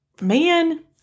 man